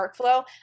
workflow